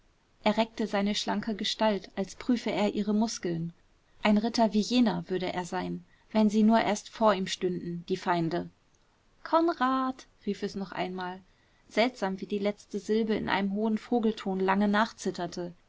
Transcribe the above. er reckte seine schlanke gestalt als prüfe er ihre muskeln ein ritter wie jener würde er sein wenn sie nur erst vor ihm stünden die feinde konrad rief es noch einmal seltsam wie die letzte silbe in einem hohen vogelton lange